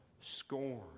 scorn